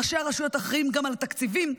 ראשי הרשויות אחראים גם על התקציבים,